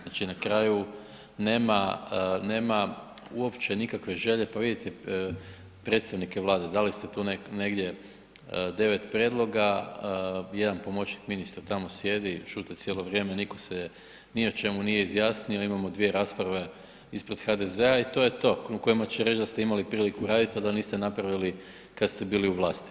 Znači na kraju nema, nema uopće nikakve želje, pa vidite predstavnike Vlade, dali ste tu negdje 9 prijedloga, jedan pomoćnik ministra tamo sjedi i šute cijelo vrijeme, nitko se ni o čemu nije izjasnio, imamo 2 rasprave ispred HDZ-a i to je to, u kojima će reći da ste imali priliku raditi a da niste napravili kad ste bili u vlati.